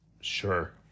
Sure